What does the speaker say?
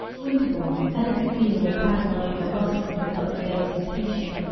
winterbourne had a good deal of pathological gossip with dr. davis's patient,